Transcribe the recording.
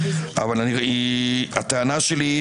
אבל הטענה שלי,